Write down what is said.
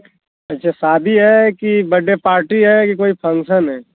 अच्छा शादी है कि बड्डे पार्टी है कि कोई फ़ंक्शन है